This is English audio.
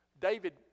David